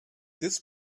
this